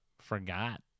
forgot